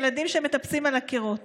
ילדים שמטפסים על הקירות